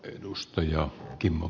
ei edusta ja kimmo